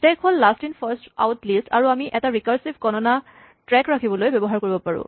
stack হ'ল last in first out list আৰু আমি এইটো ৰিকাৰছিভ গণনাৰ ট্ৰেক ৰাখিবলৈ ব্যৱহাৰ কৰিব পাৰোঁ